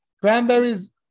cranberries